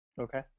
Okay